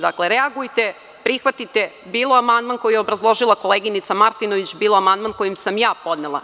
Dakle, reagujete, prihvatite bilo amandman koji je obrazložila koleginica Martinović, bilo amandman kojim sa ja podnela.